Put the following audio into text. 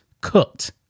cooked